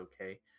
okay